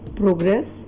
progress